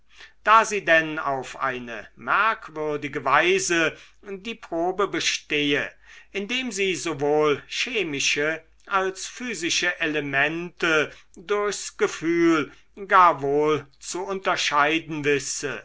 da sie denn auf eine merkwürdige weise die probe bestehe indem sie sowohl chemische als physische elemente durchs gefühl gar wohl zu unterscheiden wisse